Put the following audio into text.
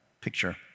picture